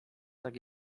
tak